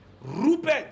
Rupert